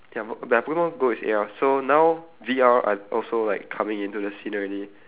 ya b~ like pokemon go is A_R so now V_R are also like coming into the scene already